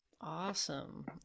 awesome